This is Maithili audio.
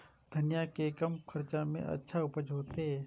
धनिया के कम खर्चा में अच्छा उपज होते?